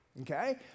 Okay